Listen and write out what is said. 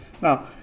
Now